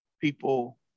people